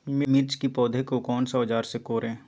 मिर्च की पौधे को कौन सा औजार से कोरे?